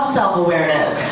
self-awareness